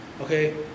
Okay